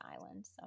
island